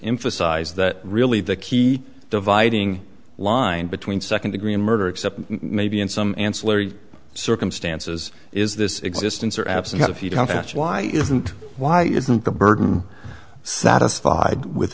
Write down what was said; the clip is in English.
emphasize that really the key dividing line between second degree murder except maybe in some ancillary circumstances is this existence or absent a few companies why isn't why isn't the burden satisfied with